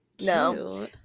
No